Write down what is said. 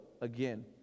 again